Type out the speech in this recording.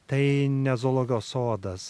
tai ne zoologijos sodas